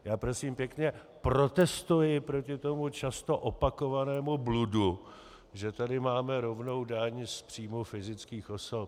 Já, prosím pěkně, protestuji proti tomu často opakovanému bludu, že tady máme rovnou daň z příjmů fyzických osob.